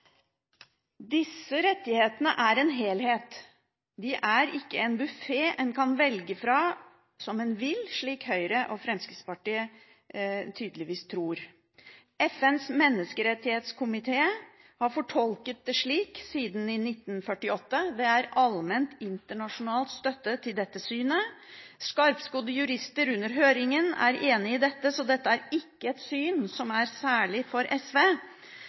Disse rettighetene er en helhet, de er ikke en buffé en kan velge fra som en vil, slik Høyre og Fremskrittspartiet tydeligvis tror. FNs menneskerettighetskomité har fortolket det slik siden 1948. Det er allmenn internasjonal støtte til dette synet. Skarpskodde jurister under høringen var enig i dette, så dette er ikke et syn som er særlig for SV.